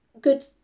good